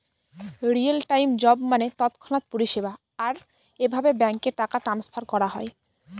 real time job মানে তৎক্ষণাৎ পরিষেবা, আর এভাবে ব্যাঙ্কে টাকা ট্রান্সফার করা হয়